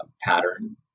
pattern